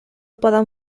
poden